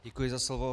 Děkuji za slovo.